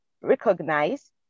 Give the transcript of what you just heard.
recognize